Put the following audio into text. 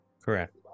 Correct